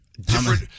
different